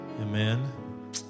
Amen